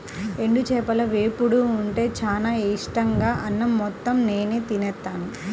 ఎండు చేపల వేపుడు ఉంటే చానా ఇట్టంగా అన్నం మొత్తం నేనే తినేత్తాను